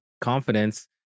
confidence